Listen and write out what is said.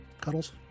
Cuddles